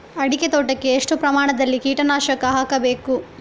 ಅಡಿಕೆ ತೋಟಕ್ಕೆ ಎಷ್ಟು ಪ್ರಮಾಣದಲ್ಲಿ ಕೀಟನಾಶಕ ಹಾಕಬೇಕು?